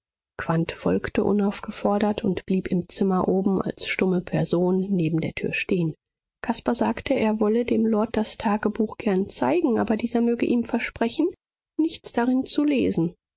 folgte unaufgefordert und blieb im zimmer oben als stumme person neben der tür stehen caspar sagte er wolle dem lord das tagebuch gerne zeigen aber dieser möge ihm versprechen nichts darin zu lesen